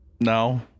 No